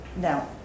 no